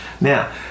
Now